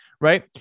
Right